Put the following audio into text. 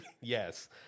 Yes